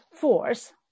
force